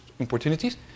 opportunities